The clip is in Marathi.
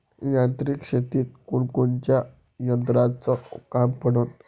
यांत्रिक शेतीत कोनकोनच्या यंत्राचं काम पडन?